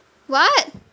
what